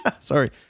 Sorry